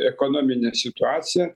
ekonominę situaciją